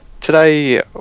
today